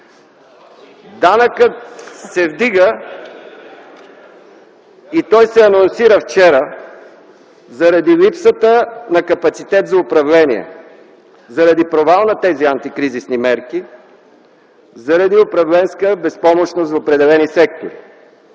Данъкът се вдига, и той се анонсира вчера, заради липсата на капацитет за управление, заради провала на тези антикризисни мерки, заради управленска безпомощност в определени сектори.